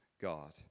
God